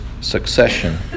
succession